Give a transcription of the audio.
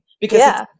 because-